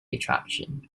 attraction